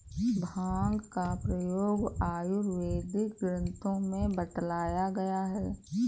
भाँग का प्रयोग आयुर्वेदिक ग्रन्थों में बतलाया गया है